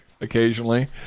occasionally